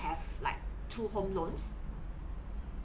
have like two home loans